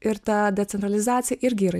ir ta decentralizacija irgi yra